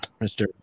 Mr